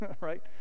right